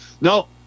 No